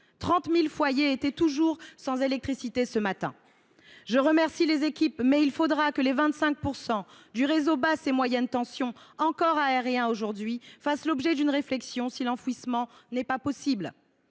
30 000 foyers sont toujours sans électricité ce matin. Je remercie les équipes. Reste qu’il faudra que les 25 % du réseau de basse et moyenne tensions encore aériens fassent l’objet d’une réflexion si l’enfouissement n’est pas possible.